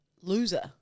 Loser